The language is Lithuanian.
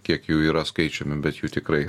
kiek jų yra skaičiumi bet jų tikrai